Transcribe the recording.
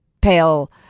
pale